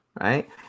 right